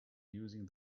using